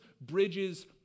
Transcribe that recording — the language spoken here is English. bridges